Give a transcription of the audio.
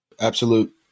Absolute